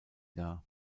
dar